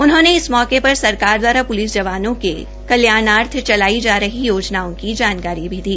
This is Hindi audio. उन्होंने इस मौके पर सरकार द्वारा प्लिस जवानों के कल्याणर्थ चलाइ जा रही योजनाओं की जानकारी भी दी